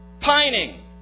pining